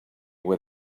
where